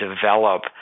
develop